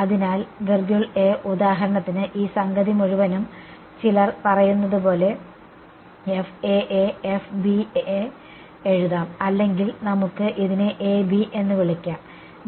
അതിനാൽ ഉദാഹരണത്തിന് ഈ സംഗതി മുഴുവനും ചിലർ പറയുന്നതുപോലെ എഴുതാം അല്ലെങ്കിൽ നമുക്ക് ഇതിനെ AB എന്ന് വിളിക്കാം